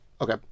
Okay